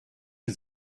for